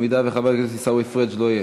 אם חבר הכנסת עיסאווי פריג' לא יהיה,